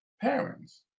parents